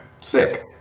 Sick